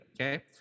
okay